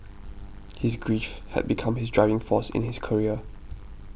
his grief had become his driving force in his career